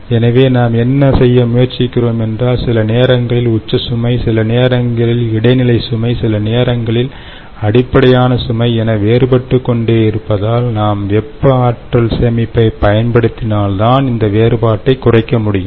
எனவே நாம் என்ன சொல்ல முயற்சிக்கிறோம் என்றால் சில நேரங்களில் உச்ச சுமை சில நேரங்களில் இடைநிலை சுமை சில நேரங்களில் அடிப்படையான சுமை என வேறுபட்டுக் கொண்டே இருப்பதால் நாம் வெப்ப ஆற்றல் சேமிப்பை பயன்படுத்தினால் தான் இந்த வேறுபாட்டை குறைக்க முடியும்